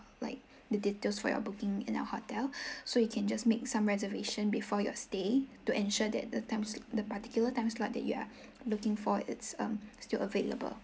like the details for your booking in our hotel so you can just make some reservation before your stay to ensure that the time sl~ the particular time slot that you are looking for its um still available